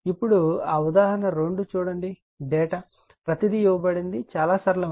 ఇప్పుడు ఆ ఉదాహరణ 2 చూడండిడేటా ప్రతీది ఇవ్వబడినది చాలా సరళమైనది